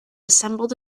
assembled